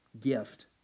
gift